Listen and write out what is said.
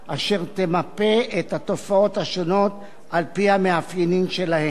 אשר תמפה את התופעות השונות על-פי המאפיינים שלהן,